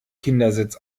kindersitz